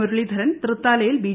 മുരളീധരൻ തൃത്താലയിൽ ബി